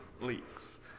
leaks